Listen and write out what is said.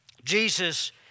Jesus